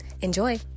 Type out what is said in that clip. Enjoy